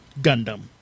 Gundam